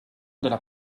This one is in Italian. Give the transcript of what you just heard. della